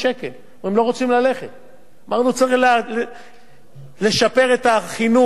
אמרנו, צריך לשפר את החינוך ואת ההדרכה, והלכנו